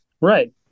Right